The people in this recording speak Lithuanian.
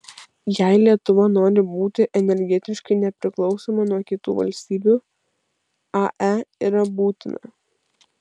jei lietuva nori būti energetiškai nepriklausoma nuo kitų valstybių ae yra būtina